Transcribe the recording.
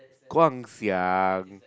Guang-Xiang